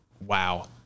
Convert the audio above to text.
wow